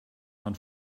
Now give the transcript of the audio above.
man